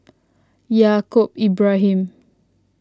Yaacob Ibrahim